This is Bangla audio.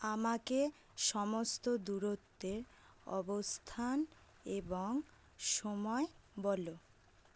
আমাকে সমস্ত দূরত্বের অবস্থান এবং সময় বলো